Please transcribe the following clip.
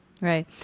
right